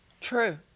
True